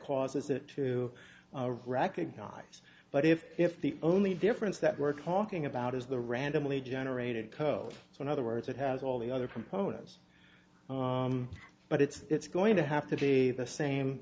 causes it to recognize but if if the only difference that we're talking about is the randomly generated code so in other words it has all the other components but it's going to have to be the same